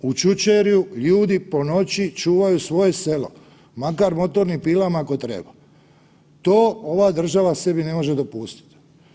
U Čučerju ljudi po noći čuvaju svoje selo, makar motornim pilama ako treba, to ova država sebi ne može dopustiti.